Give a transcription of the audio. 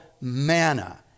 manna